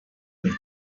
més